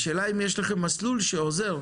השאלה אם יש לכם מסלול שעוזר?